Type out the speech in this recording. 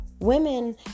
Women